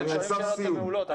כי אתם שואלים שאלות מעולות.